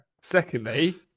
Secondly